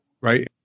Right